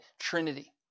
Trinity